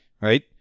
right